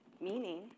Meaning